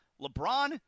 lebron